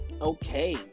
okay